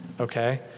okay